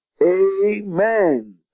Amen